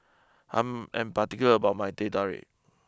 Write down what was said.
I'm I'm particular about my Teh Tarik